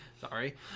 sorry